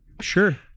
Sure